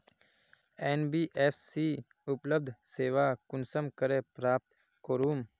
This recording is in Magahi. एन.बी.एफ.सी उपलब्ध सेवा कुंसम करे प्राप्त करूम?